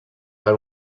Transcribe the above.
per